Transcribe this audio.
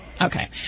Okay